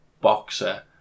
boxer